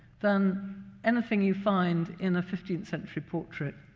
than anything you find in a fifteenth century portrait.